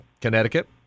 Connecticut